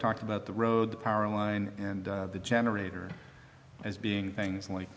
talked about the road power line and the generator as being things like